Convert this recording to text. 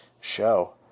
show